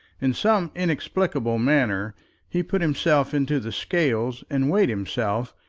in some inexplicable manner he put himself into the scales and weighed himself,